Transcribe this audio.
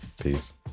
Peace